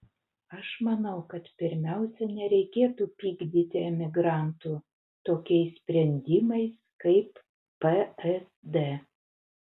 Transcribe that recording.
aš manau kad pirmiausia nereikėtų pykdyti emigrantų tokiais sprendimais kaip psd